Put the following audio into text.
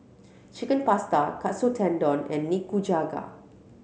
Chicken Pasta Katsu Tendon and Nikujaga